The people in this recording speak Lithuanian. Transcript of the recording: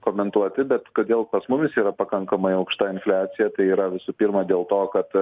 komentuoti bet kodėl pas mumis yra pakankamai aukšta infliacija tai yra visų pirma dėl to kad